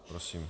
Prosím.